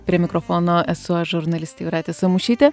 prie mikrofono esu žurnalistė aš jūratė samušytė